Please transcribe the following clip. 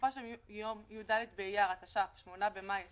בתקופה שמיום י"ד באייר התש"ף (8 במאי 2020)